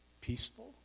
peaceful